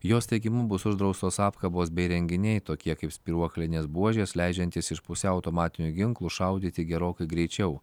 jos teigimu bus uždraustos apkabos bei įrenginiai tokie kaip spyruoklinės buožės leidžiantys iš pusiau automatinių ginklų šaudyti gerokai greičiau